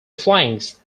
flanks